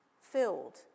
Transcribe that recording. Filled